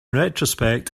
retrospect